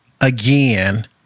again